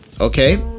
Okay